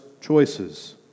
choices